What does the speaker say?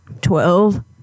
twelve